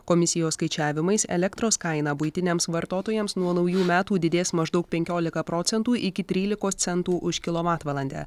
komisijos skaičiavimais elektros kainą buitiniams vartotojams nuo naujų metų didės maždaug penkiolika proentųc iki trylikos centų už kilovatvalandę